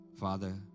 Father